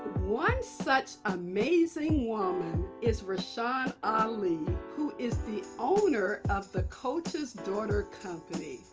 one such amazing woman is rashan ali, who is the owner of the coach's daughter company.